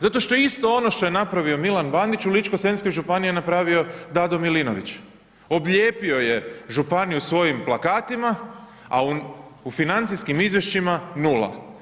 Zato što je isto ono što je napravio Milan Bandić, u ličko-senjskoj županiji je napravio Dado Milinović, oblijepio je županiju svojim plakatima, a u financijskim izvješćima nula.